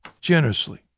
generously